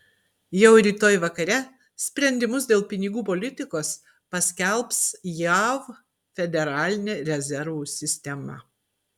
jau rytoj vakare sprendimus dėl pinigų politikos paskelbs jav federalinė rezervų sistema